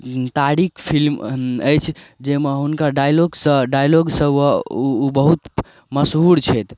तारीक फिल्म अछि जाहिमे हुनकर डाइलॉकसँ डाइलॉकसँ ओ बहुत मशहूर छथि